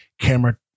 camera